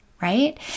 right